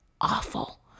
awful